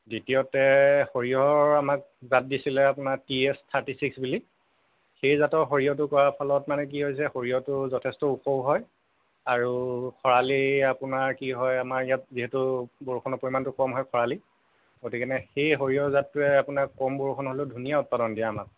দ্বিতীয়তে সৰিয়হৰ আমাক জাত দিছিলে আপোনাৰ টি এছ থাৰ্টী ছিক্স বুলি সেই জাতৰ সৰিয়হটো কৰাৰ ফলত মানে কি হৈছে সৰিয়হটো যথেষ্ট ওখও হয় আৰু খৰালি আপোনাৰ কি হয় আমাৰ ইয়াত যিহেতু বৰষুণৰ পৰিমাণটো কম হয় খৰালিত গতিকেনে সেই সৰিয়হৰ জাতটোৱে আপোনাৰ কম বৰষুণ হ'লেও ধুনীয়া উৎপাদন দিয়ে আমাক